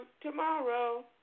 tomorrow